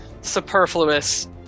superfluous